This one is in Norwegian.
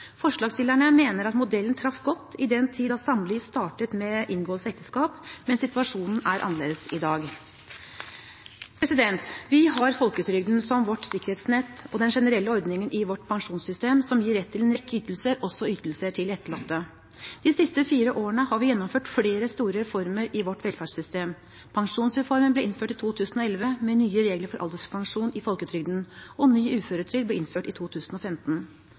Forslagsstillerne mener at modellen traff godt i den tid da samliv startet med inngåelse av ekteskap, men situasjonen er annerledes i dag. Vi har folketrygden som vårt sikkerhetsnett og den generelle ordningen i vårt pensjonssystem som gir rett til en rekke ytelser, også ytelser til etterlatte. De siste fire årene har vi gjennomført flere store reformer i vårt velferdssystem: Pensjonsreformen ble innført i 2011, med nye regler for alderspensjon i folketrygden, og ny uføretrygd ble innført i 2015.